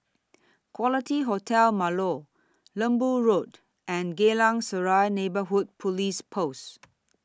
Quality Hotel Marlow Lembu Road and Geylang Serai Neighbourhood Police Post